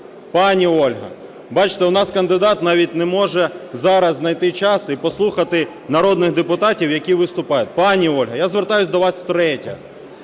Пані Ольго! Бачите, у нас кандидат навіть не може зараз знайти час і послухати народних депутатів, які виступають. Пані Ольго, я звертаюсь до вас втретє.